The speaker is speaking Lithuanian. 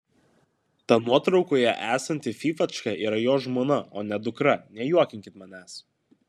ta nuotraukoje esanti fyfačka yra jo žmona o ne dukra nejuokinkit manęs